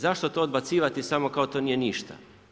Zašto to odbacivati samo kao to nije ništa.